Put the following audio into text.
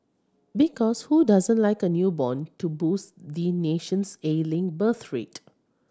because who doesn't like a newborn to boost the nation's ailing birth rate